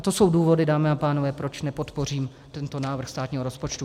To jsou důvody, dámy a pánové, proč nepodpořím tento návrh státního rozpočtu.